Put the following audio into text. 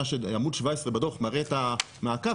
עמוד 17 בדו"ח מראה את המעקב,